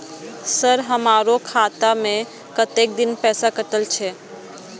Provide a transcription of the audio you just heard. Sir हमारो खाता में कतेक दिन पैसा कटल छे?